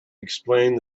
explained